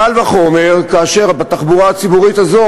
קל וחומר כאשר בתחבורה הציבורית הזאת